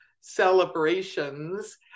celebrations